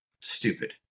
Stupid